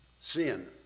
sin